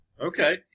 Okay